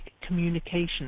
communication